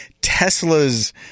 tesla's